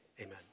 Amen